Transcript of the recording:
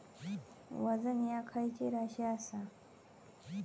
वजन ह्या खैची राशी असा?